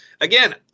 Again